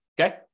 Okay